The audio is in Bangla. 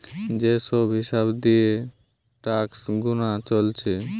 যে সব হিসাব দিয়ে ট্যাক্স গুনা চলছে